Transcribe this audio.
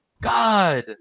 God